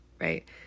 right